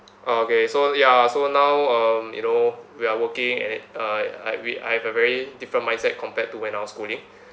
oh okay so ya so now um you know we're working and it I I we I have a very different mindset compared to when I was schooling